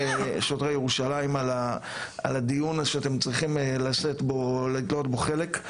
על הדיון שאתם צריכים לקחת בו חלק.